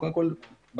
קודם כל,